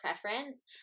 preference